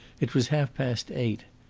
it was half-past eight.